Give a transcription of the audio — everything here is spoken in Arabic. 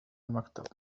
المكتب